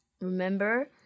remember